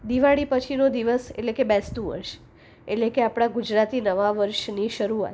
દિવાળી પછીનો દિવસ એટલે કે બેસતું વર્ષ એટલેકે આપણા ગુજરાતીના નવા વર્ષની શરૂઆત